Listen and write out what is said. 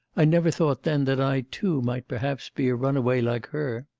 i never thought then that i too might perhaps be a runaway like her